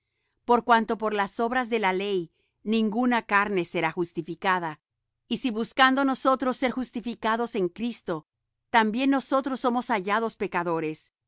por cuanto por las obras de la ley ninguna carne será justificada y si buscando nosotros ser justificados en cristo también nosotros somos hallados pecadores